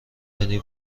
یعنی